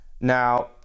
Now